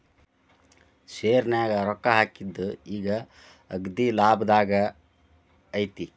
ಶೆರ್ನ್ಯಾಗ ರೊಕ್ಕಾ ಹಾಕಿದ್ದು ಈಗ್ ಅಗ್ದೇಲಾಭದಾಗೈತಿ